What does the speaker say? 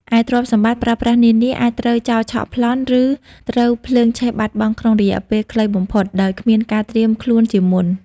ឯទ្រព្យសម្បត្តិប្រើប្រាស់នានា អាចត្រូវចោរឆក់ប្លន់ ឬត្រូវភ្លើងឆេះបាត់បង់ក្នុងរយៈពេលខ្លីបំផុត ដោយគ្មានការត្រៀមខ្លួនជាមុន។